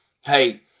hey